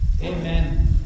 Amen